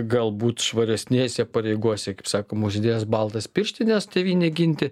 galbūt švaresnėse pareigose kaip sakom užsidėjęs baltas pirštines tėvynę ginti